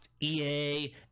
ea